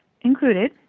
included